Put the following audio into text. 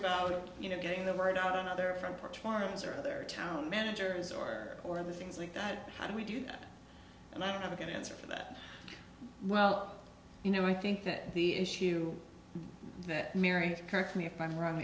about you know getting the word out there for torrents or other town managers or or other things like that how do we do that and i don't have a good answer for that well you know i think that the issue that mary correct me if i'm wrong